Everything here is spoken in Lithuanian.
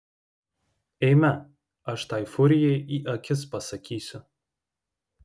eime aš tai furijai į akis pasakysiu